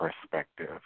perspective